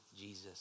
Jesus